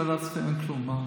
בלי אישור ועדת הכספים אין כלום.